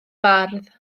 bardd